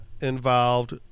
involved